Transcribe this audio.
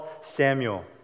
Samuel